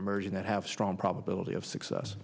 emerging that have strong probability of success